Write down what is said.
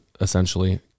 essentially